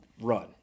run